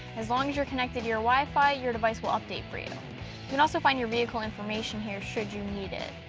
as long as you're connected to your wi-fi your device will update for you. you can also find your vehicle information here should you need it.